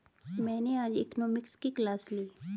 मैंने आज इकोनॉमिक्स की क्लास ली